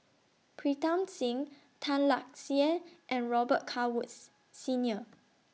Pritam Singh Tan Lark Sye and Robet Carr Woods Senior